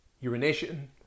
urination